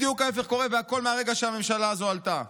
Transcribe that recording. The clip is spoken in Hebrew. בדיוק ההפך קורה, והכול מהרגע שהממשלה הזו עלתה.